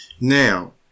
Now